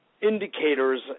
indicators